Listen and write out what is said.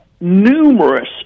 numerous